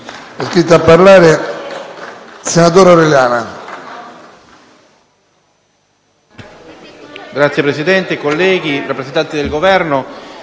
Signor Presidente, colleghi, rappresentanti del Governo,